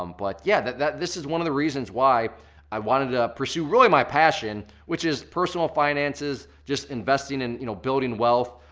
um but yeah, this is one of the reasons why i wanted to pursue really my passion, which is personal finances, just investing and you know building wealth,